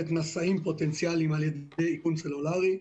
נשאים פוטנציאלים על ידי איכון סלולרי,